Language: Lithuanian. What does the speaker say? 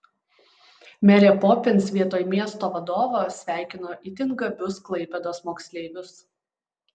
merė popins vietoj miesto vadovo sveikino itin gabius klaipėdos moksleivius